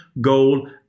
goal